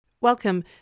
Welcome